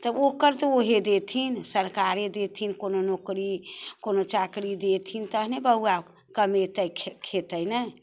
तऽ ओकर तऽ उहे देथिन सरकारे देथिन कोनो नोकरी कोनो चाकरी देथिन तहने बौआ कमेतै खेतै ने